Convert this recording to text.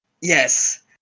Yes